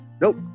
nope